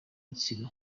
rutsiro